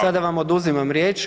Sada vam oduzimam riječ.